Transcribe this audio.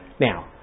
Now